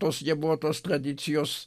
tos jie buvo tos tradicijos